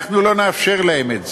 אנחנו לא נאפשר להם את זה.